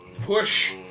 push